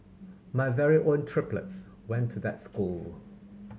my very own triplets went to that school